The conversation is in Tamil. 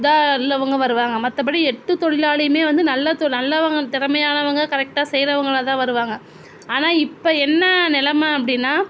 இதா உள்ளவங்க வருவாங்க மற்றபடி எட்டு தொழிலாளியுமே வந்து நல்ல நல்லவங்க திறமையானவங்க கரெக்டாக செய்றவங்களா தான் வருவாங்க ஆனால் இப்போ என்ன நிலம அப்படினா